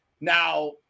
now